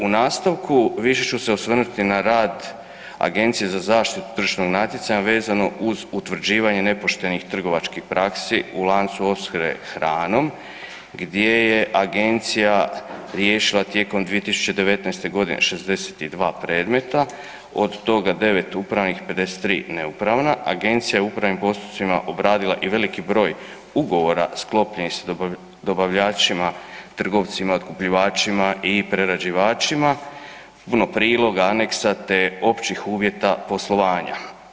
U nastavku više ću se osvrnuti na rad Agencije za zaštitu tržišnog natjecanja vezano uz utvrđivanje nepoštenih trgovačkih praksi u lancu opskrbe hranom gdje je agencija riješila tijekom 2019. g. 62 predmeta, od toga 9 upravnih, 53 neupravna, agencija je upravnim postupcima obradila i veliki broj ugovora sklopljenih sa dobavljačima, trgovcima, otkupljivačima i prerađivačima, puno priloga, aneksa te općih uvjeta poslovanja.